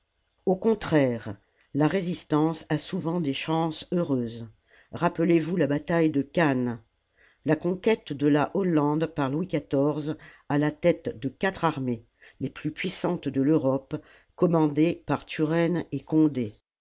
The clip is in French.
au contraire la résistance a souvent des chances heureuses rappelez-vous la bataille de cannes la conquête de la hollande par louis xiv à la tête de quatre armées les plus puissantes de l'europe commandées par turenne et condé